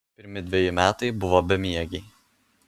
pirmi dveji metai buvo bemiegiai